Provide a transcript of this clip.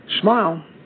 Smile